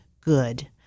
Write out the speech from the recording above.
good